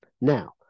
Now